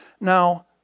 Now